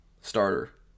starter